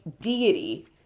deity